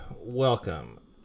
Welcome